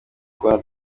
kubona